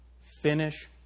Finish